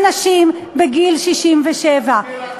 אנשים בגיל 67,